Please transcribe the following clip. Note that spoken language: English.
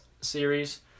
series